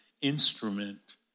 instrument